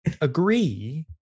agree